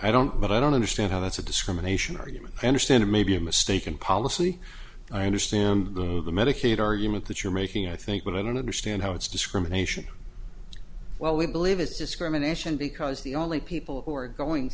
i don't but i don't understand how that's a discrimination argument i understand it may be a mistaken policy i understand the medicaid argument that you're making i think but i don't understand how it's discrimination well we believe it's discrimination because the only people who are going